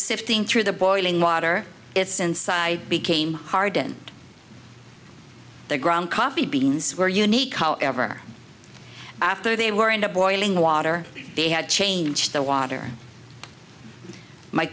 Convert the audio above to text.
sifting through the boiling water its inside became hard and the ground coffee beans were unique color ever after they were in the boiling water they had changed the water m